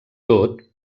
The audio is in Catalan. tot